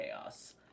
chaos